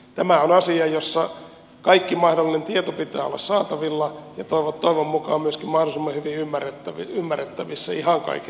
tämä on asia jossa kaikki mahdollinen tieto pitää olla saatavilla ja toivon mukaan myöskin mahdollisimman hyvin ymmärrettävissä ihan kaikki